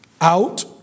out